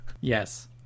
Yes